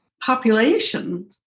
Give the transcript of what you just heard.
population